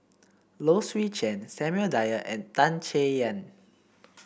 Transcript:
Low Swee Chen Samuel Dyer and Tan Chay Yan